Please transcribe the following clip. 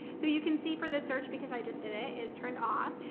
so you can see for the search because i just did it is turned off.